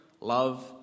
love